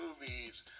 movies